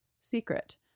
secret